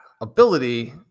ability